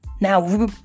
Now